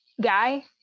guy